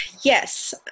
yes